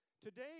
Today